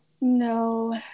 No